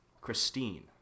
Christine